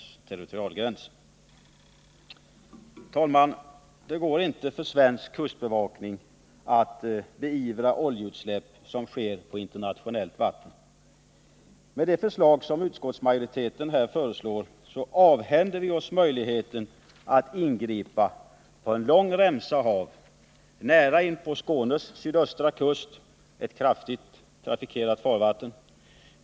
Fru talman! Det går inte för svensk kustbevakning att beivra oljeutsläpp som sker på internationellt vatten. Med det förslag som utskottsmajoriteten här tillstyrker avhänder vi oss möjligheten att ingripa på en lång remsa hav nära inpå Skånes sydöstra kust, ett kraftigt trafikerat farvatten.